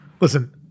listen